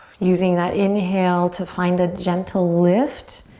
using that inhale to find a gentle lift,